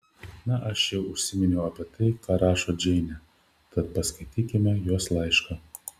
na aš jau užsiminiau apie tai ką rašo džeinė tad paskaitykime jos laišką